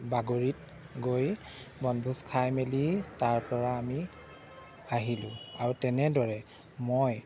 বাগৰিত গৈ বনভোজ খাই মেলি তাৰপৰা আমি আহিলোঁ আৰু তেনেদৰে মই